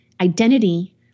identity